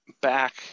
back